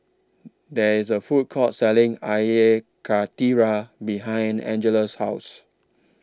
There IS A Food Court Selling Air Karthira behind Angelica's House